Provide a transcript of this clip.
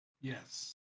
Yes